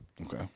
Okay